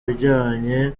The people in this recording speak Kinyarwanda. ibijyanye